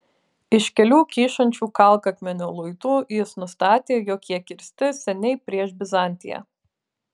iš kelių kyšančių kalkakmenio luitų jis nustatė jog jie kirsti seniai prieš bizantiją